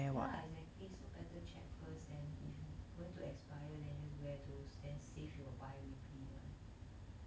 yeah exactly so better check first then if you going to expire then just wear those then save your biweekly one